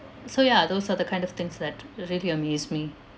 so ya those are the kind of things that really amaze me